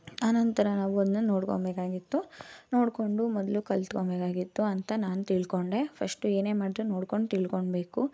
ಆನಂತರ ನಾವು ಅದನ್ನ ನೋಡ್ಕೊಳ್ಬೇಕಾಗಿತ್ತು ನೋಡಿಕೊಂಡು ಮೊದಲು ಕಲ್ತ್ಕೊಳ್ಬೇಕಾಗಿತ್ತು ಅಂತ ನಾನು ತಿಳ್ಕೊಂಡೆ ಫಶ್ಟು ಏನೇ ಮಾಡಿದ್ರು ನೋಡ್ಕೊಂಡು ತಿಳ್ಕೊಳ್ಬೇಕು